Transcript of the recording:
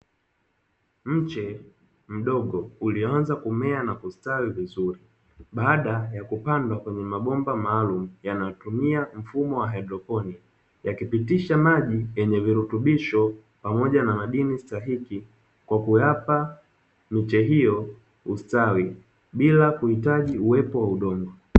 Mche mdogo ulioanza kumea na kustawi vizuri baada ya kupandwa kwenye mabomba maalumu yanayotumia mfumo wa haidroponiki, yakipitisha maji yenye virutubisho pamoja na madini stahiki kwa kuyapa miche hiyo ustawi bila ya kuhitaji uwepo wa udongo.